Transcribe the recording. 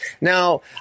Now